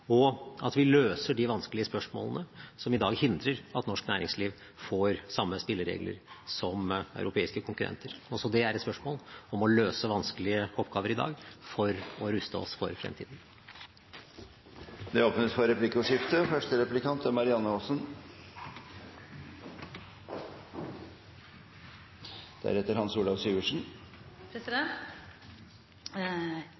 og at vi løser de vanskelige spørsmålene som i dag hindrer at norsk næringsliv får samme spilleregler som europeiske konkurrenter. Også det er et spørsmål om å løse vanskelige oppgaver i dag for å ruste oss for fremtiden. Det åpnes for replikkordskifte. Jeg er